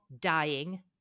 dying